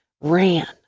ran